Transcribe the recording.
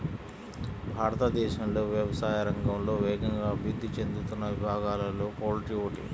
భారతదేశంలో వ్యవసాయ రంగంలో వేగంగా అభివృద్ధి చెందుతున్న విభాగాలలో పౌల్ట్రీ ఒకటి